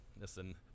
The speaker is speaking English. Listen